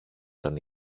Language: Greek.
τον